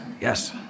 yes